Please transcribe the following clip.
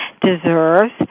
deserves